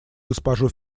госпожу